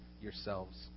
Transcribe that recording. yourselves